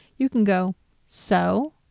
you can go so?